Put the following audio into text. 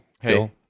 hey